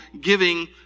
giving